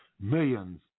Millions